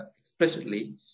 explicitly